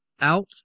out